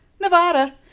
Nevada